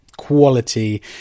quality